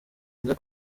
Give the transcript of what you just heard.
inda